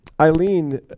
Eileen